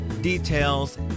details